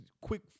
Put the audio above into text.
quick